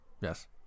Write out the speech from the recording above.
yes